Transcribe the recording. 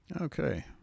Okay